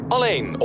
Alleen